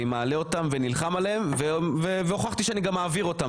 אני מעלה ואתם ונלחם עליהם והוכחתי שאני גם מעביר אותם.